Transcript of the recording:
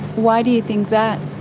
why do you think that?